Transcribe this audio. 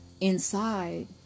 inside